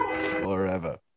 Forever